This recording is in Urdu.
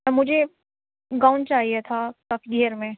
مجھے گاؤن چاہیے تھا کفگیر میں